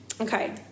okay